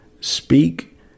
speak